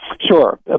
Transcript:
Sure